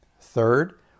Third